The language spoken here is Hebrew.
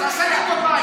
אז עשה לי טובה,